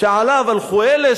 שעליו הלכו אלה,